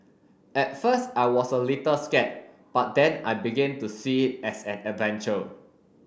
at first I was a little scared but then I began to see it as an adventure